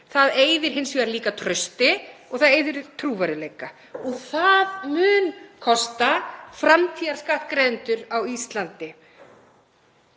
Það eyðir hins vegar líka trausti og það eyðir trúverðugleika og það mun kosta framtíðarskattgreiðendur á Íslandi.